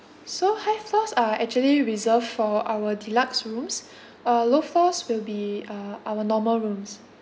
so high floors are actually reserved for our deluxe rooms uh low floors will be uh our normal rooms